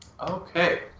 Okay